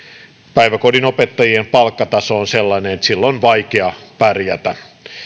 päiväkodin opettajien palkkataso on sellainen että sillä on vaikea pärjätä